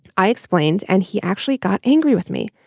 i explained and he actually got angry with me.